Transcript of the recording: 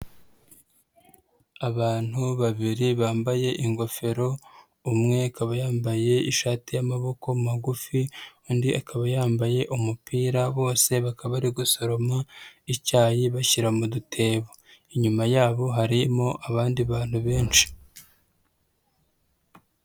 Abantu babiri bambaye ingofero, umwe akaba yambaye ishati y'amaboko magufi, undi akaba yambaye umupira, bose bakaba bari ari gusoroma icyayi bashyira mu dutebo. Inyuma yabo harimo abandi bantu benshi.